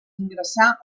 ingressà